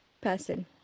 person